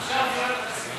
עכשיו סיבכת אותו.